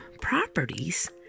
properties